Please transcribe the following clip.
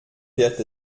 wird